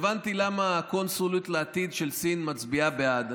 הבנתי למה הקונסולית לעתיד של סין מצביעה בעד.